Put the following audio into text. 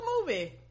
movie